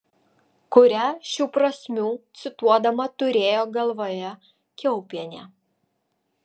kurią šių prasmių cituodama turėjo galvoje kiaupienė